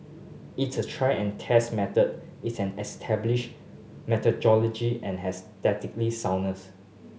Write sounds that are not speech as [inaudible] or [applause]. it's a tried and tested method it's an established methodology and has [unintelligible] soundness